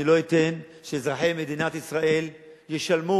אני לא אתן שאזרחי מדינת ישראל ישלמו